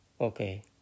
Okay